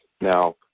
Now